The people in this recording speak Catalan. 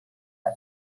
web